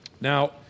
Now